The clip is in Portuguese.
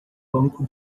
banco